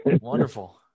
Wonderful